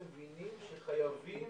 מבינים שחייבים